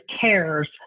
CARES